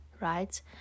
right